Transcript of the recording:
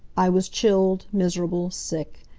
i was chilled, miserable, sick.